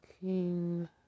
King